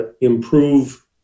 improve